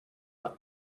for